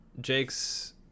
Jake's